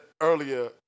earlier